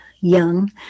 young